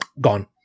gone